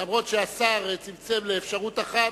אף-על-פי שהשר צמצם לאפשרות אחת,